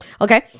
Okay